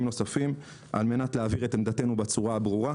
נוספים על מנת להבהיר את עמדתנו בצורה ברורה.